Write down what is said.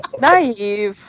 Naive